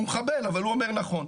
הוא מחבל אבל הוא אומר נכון.